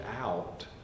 out